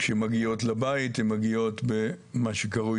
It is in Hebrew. כשהן מגיעות לבית הן מגיעות במה שקרוי